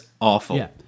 awful